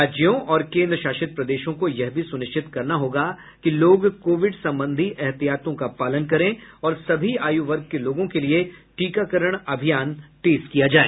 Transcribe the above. राज्यों और केन्द्रशासित प्रदेशों को यह भी सुनिश्चित करना होगा कि लोग कोविड सम्बंधी एहतियातों का पालन करें और सभी आयु वर्ग के लोगों के लिए टीकाकरण अभियान तेज किया जाए